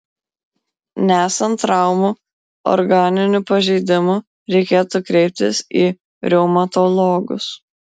nesant traumų organinių pažeidimų reikėtų kreiptis į reumatologus